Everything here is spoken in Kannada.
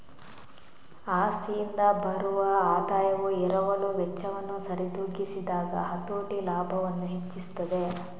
ಆಸ್ತಿಯಿಂದ ಬರುವ ಆದಾಯವು ಎರವಲು ವೆಚ್ಚವನ್ನು ಸರಿದೂಗಿಸಿದಾಗ ಹತೋಟಿ ಲಾಭವನ್ನು ಹೆಚ್ಚಿಸುತ್ತದೆ